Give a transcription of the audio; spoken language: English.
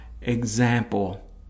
example